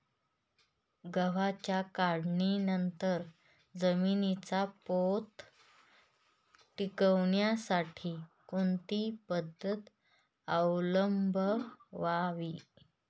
गव्हाच्या काढणीनंतर जमिनीचा पोत टिकवण्यासाठी कोणती पद्धत अवलंबवावी?